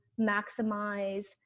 maximize